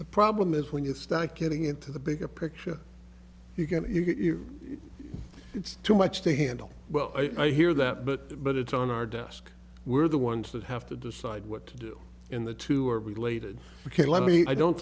the problem is when you stack getting into the bigger picture you can if it's too much to handle well i hear that but but it's on our desk we're the ones that have to decide what to do in the two are related ok let me i don't